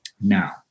now